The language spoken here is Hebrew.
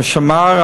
ושמר,